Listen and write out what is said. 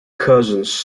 cousins